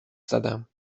زدم